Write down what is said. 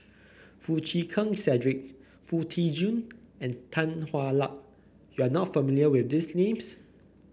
Foo Chee Keng Cedric Foo Tee Jun and Tan Hwa Luck you are not familiar with these names